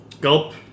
Gulp